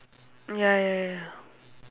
ya ya ya